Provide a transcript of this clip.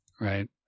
right